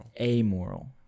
Amoral